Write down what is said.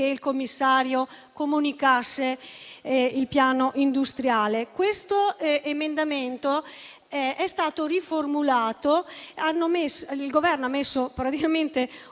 il commissario comunicasse il piano industriale. Questo emendamento è stato riformulato. Il Governo ha messo praticamente un